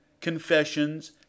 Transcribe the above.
confessions